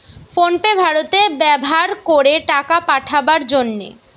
phone pay ভারতে ব্যাভার করে টাকা পাঠাবার জন্যে